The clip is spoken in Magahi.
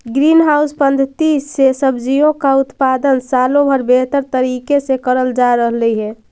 ग्रीन हाउस पद्धति से सब्जियों का उत्पादन सालों भर बेहतर तरीके से करल जा रहलई हे